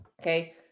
Okay